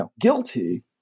guilty